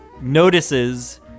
notices